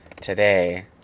today